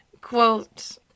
Quote